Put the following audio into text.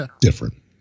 different